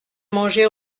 manger